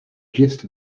gist